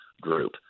group